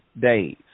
days